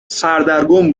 سردرگم